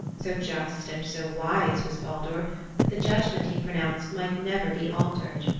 so just and so wise was baldur that the judgment he pronounced might never be altered.